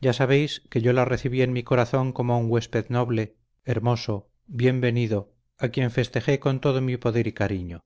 ya sabéis que yo la recibí en mi corazón como un huésped noble hermoso bien venido a quien festejé con todo mi poder y carino